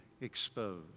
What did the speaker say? exposed